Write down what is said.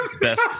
best